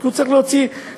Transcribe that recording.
כי הוא צריך להוציא תעסוקה,